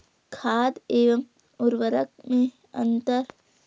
खाद एवं उर्वरक में अंतर?